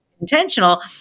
intentional